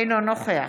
אינו נוכח